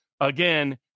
Again